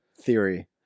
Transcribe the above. theory